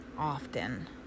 often